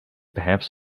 perhaps